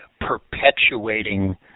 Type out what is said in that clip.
perpetuating